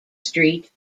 street